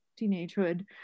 teenagehood